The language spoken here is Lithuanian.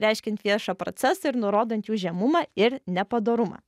reiškiant viešą procesą ir nurodant jų žemumą ir nepadorumą